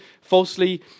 falsely